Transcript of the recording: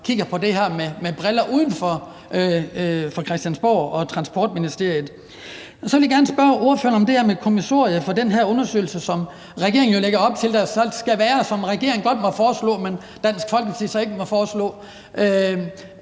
som kigger på det her uden for Christiansborg og Transportministeriet. Så vil jeg gerne spørge ordføreren om det her med kommissoriet for den her undersøgelse, som regeringen jo ligger op til skal komme, og som regeringen godt må foreslå, men som Dansk Folkeparti ikke må foreslå: